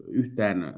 yhtään